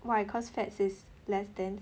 why cause fats is less dense